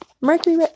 Mercury